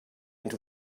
into